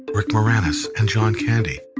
rick moranis, and john candy.